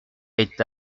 est